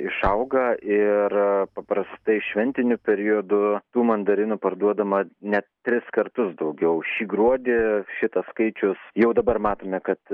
išauga ir paprastai šventiniu periodu tų mandarinų parduodama net tris kartus daugiau šį gruodį šitas skaičius jau dabar matome kad